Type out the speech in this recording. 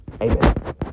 amen